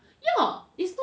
ya